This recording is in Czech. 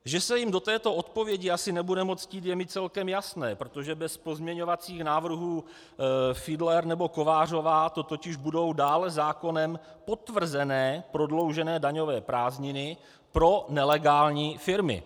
Že se jim do této odpovědi asi nebude moc chtít, je mi celkem jasné, protože bez pozměňovacích návrhů Fiedler nebo Kovářová to totiž budou dále zákonem potvrzené prodloužené daňové prázdniny pro nelegální firmy.